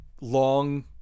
long